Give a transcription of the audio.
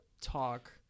talk